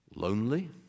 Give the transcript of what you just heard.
Lonely